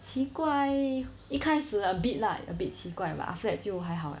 奇怪一开始 a bit lah a bit 奇怪 but after that 就还好